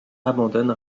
abandonne